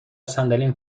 صندلیم